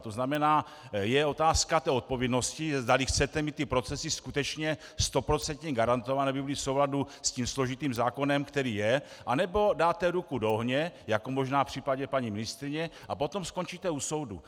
To znamená, je otázka té odpovědnosti, zdali chcete mít ty procesy skutečně stoprocentně garantované, aby byly v souladu s tím složitým zákonem, který je, anebo dáte ruku do ohně, jako možná v případě paní ministryně, a potom skončíte u soudu.